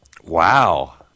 Wow